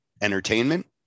Entertainment